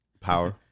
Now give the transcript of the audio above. Power